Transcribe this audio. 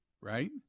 right